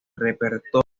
repertorio